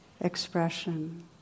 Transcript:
expression